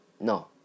no